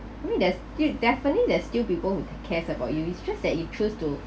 I mean there's still definitely there's still people who cares about you it's just that you choose to